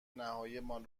نهاییمان